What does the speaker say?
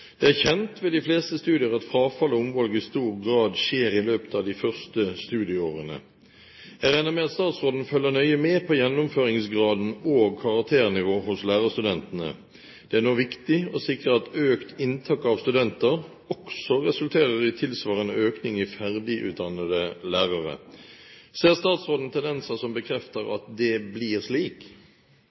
Det er kjent ved de fleste studier at frafall og omvalg i stor grad skjer i løpet av de første studieårene. Jeg regner med at statsråden følger nøye med på gjennomføringsgraden og karakternivå hos lærerstudentene. Det er nå viktig å sikre at økt inntak av studenter også resulterer i tilsvarende økning i ferdigutdannede lærere. Ser statsråden tendenser som bekrefter at det blir slik?»